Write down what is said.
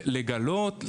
לגלות,